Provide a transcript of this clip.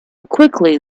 quickly